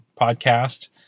podcast